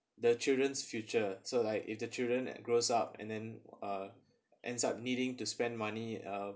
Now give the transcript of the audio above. the children's future so like if the children grows up and then uh ends up needing to spend money uh